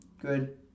Good